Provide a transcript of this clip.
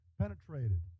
Penetrated